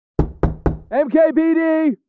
MKBD